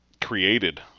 created